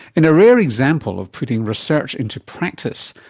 in a rare example of putting research into practice,